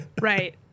Right